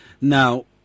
now